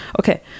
Okay